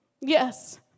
Yes